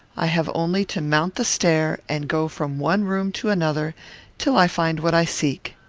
i have only to mount the stair, and go from one room to another till i find what i seek.